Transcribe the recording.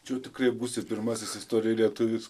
čia jau tikrai būsi pirmasis istorijoj lietuvis